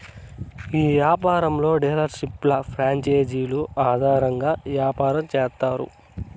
ఈ యాపారంలో డీలర్షిప్లు ప్రాంచేజీలు ఆధారంగా యాపారం చేత్తారు